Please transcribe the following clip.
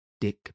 Dick